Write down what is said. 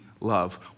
love